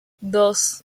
dos